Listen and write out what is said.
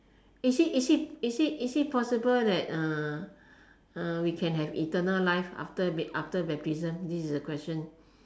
is it is it is it is it possible that uh uh we can have eternal life after after baptism this is the question